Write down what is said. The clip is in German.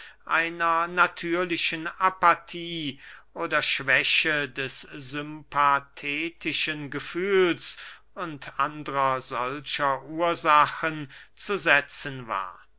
einer natürlichen apathie oder schwäche des sympathetischen gefühls und andrer solcher ursachen zu setzen war